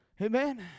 Amen